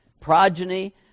progeny